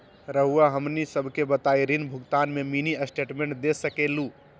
रहुआ हमनी सबके बताइं ऋण भुगतान में मिनी स्टेटमेंट दे सकेलू?